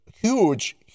huge